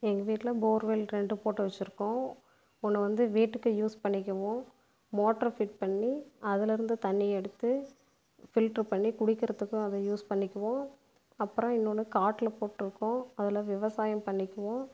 எங்கள் வீட்டில போர்வெல் ரெண்டு போட்டு வச்சுருக்கோம் ஒன்று வந்து வீட்டுக்கு யூஸ் பண்ணிக்குவோம் மோட்ரு ஃபிட் பண்ணி அதுலருந்து தண்ணி எடுத்து ஃபில்ட்ரு பண்ணி குடிக்கிறதுக்கும் அதை யூஸ் பண்ணிக்குவோம் அப்பறம் இன்னொன்று காட்டில போட்டுருக்கோம் அதில் விவசாயம் பண்ணிக்குவோம்